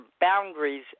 boundaries